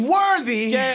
worthy